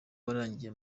warangiye